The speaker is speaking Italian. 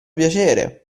piacere